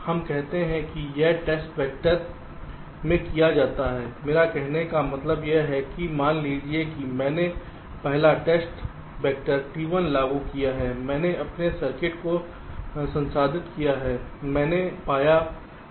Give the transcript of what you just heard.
हम कहते हैं कि यह टेस्ट वैक्टर ों में किया जाता है मेरे कहने का मतलब यह है कि मान लीजिए कि मैंने पहला टेस्ट वेक्टर T1 लागू किया है मैंने अपने सर्किट को संसाधित किया है मैंने पाया फॉल्ट्स का पता लगा लिया है